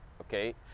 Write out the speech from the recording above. Okay